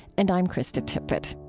and i'm krista tippett